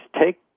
take